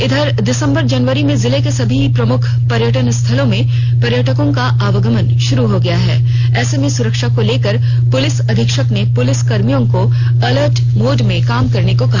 इधर दिसंबर जनवरी में जिले के सभी प्रमुख पर्यटन स्थलों में पर्यटकों का आगमन शुरू हो गया है ऐसे में सुरक्षा को लेकर पुलिस अधीक्षक ने पुलिस कर्मियों को अलर्ट मोड में काम करने को कहा